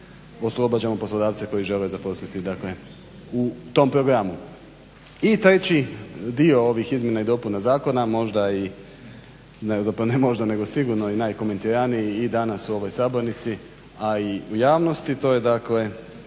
oslobađamo poslodavce koji žele zaposliti dakle u tom programu. I treći dio ovih izmjena i dopuna zakona, možda i, zapravo ne možda nego sigurno i najkomentiraniji danas u ovoj sabornici, a i u javnosti to dakle